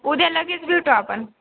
उद्या लगेच भेटू आपण